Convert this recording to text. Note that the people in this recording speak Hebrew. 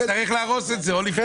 הוא יצטרך להרוס את זה --- גפני,